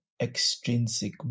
extrinsic